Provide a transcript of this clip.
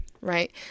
right